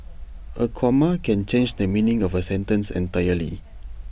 A comma can change the meaning of A sentence entirely